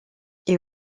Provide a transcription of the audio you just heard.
est